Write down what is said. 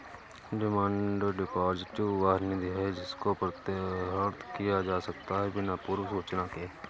demand deposit वह निधि है जिसको प्रत्याहृत किया जा सकता है बिना पूर्व सूचना के